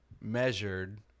measured